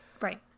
Right